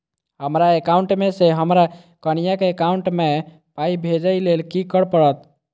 हमरा एकाउंट मे सऽ हम्मर कनिया केँ एकाउंट मै पाई भेजइ लेल की करऽ पड़त?